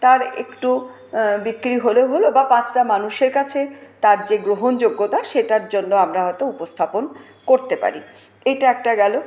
তার একটু বিক্রি হলে হলো বা পাঁচটা মানুষের কাছে তার যে গ্রহণযোগ্যতা সেটার জন্য আমরা হয়তো উপস্থাপন করতে পারি এটা একটা গেলো